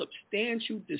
substantial